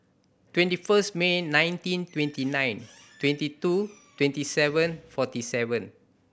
twenty first May nineteen twenty nine twenty two twenty seven forty seven